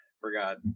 forgot